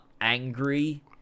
angry